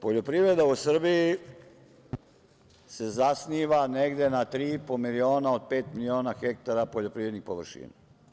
Poljoprivreda u Srbiji se zasniva negde na 3,5 miliona od pet miliona hektara poljoprivrednih površina.